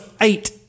eight